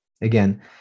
again